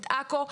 את עכו.